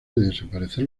desaparecer